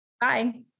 bye